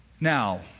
Now